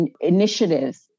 initiatives